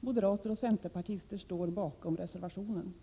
Moderater och centerpartister står bakom reservationen.